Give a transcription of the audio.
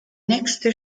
nächste